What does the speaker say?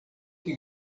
que